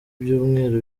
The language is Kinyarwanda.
ibyumweru